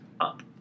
up